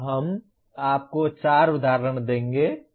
हम आपको चार उदाहरण देंगे